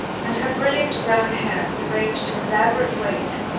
and her brilliant brown hair was arranged in elaborate waves,